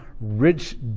rich